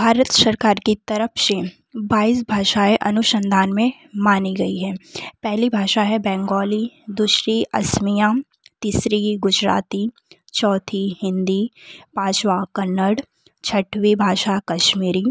भारत सरकार की तरफ़ से बाईस भाषाएं अनुसंधान में मानी गई है पहली भाषा है बेंगोली दूसरी असमिया तीसरी गुजराती चौथी हिंदी पाँचवीं कन्नड़ छठवीं भाषा कश्मीरी